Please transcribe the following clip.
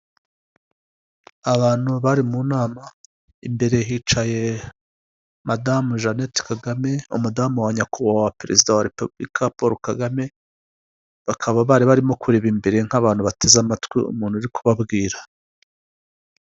Abantu bari mu nama imbere hicaye madamu Jeannette Kagame, umudamu wa Nyakubahwa perezida wa repubulika Paul Kagame, bakaba bari barimo kureba imbere nk'abantu bateze amatwi umuntu uri kubabwira.